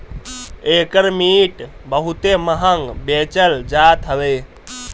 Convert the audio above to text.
एकर मिट बहुते महंग बेचल जात हवे